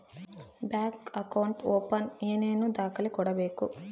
Bank account open ಏನೇನು ದಾಖಲೆ ಕೊಡಬೇಕು?